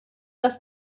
dass